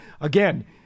Again